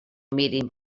mirin